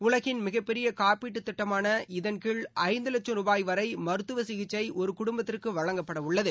உலகின் மிகப்பெரிய காப்பீட்டுத் திட்டமான இதன் கீழ் ஐந்து லட்சம் ரூபாய் வரை மருத்தவ சிகிச்சை ஒரு குடும்பத்திற்கு வழங்கப்பட உள்ளது